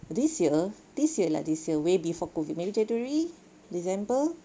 this year this year lah this year way before COVID maybe macam January December